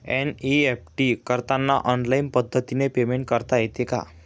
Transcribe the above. NEFT करताना online पद्धतीने payment करता येते का?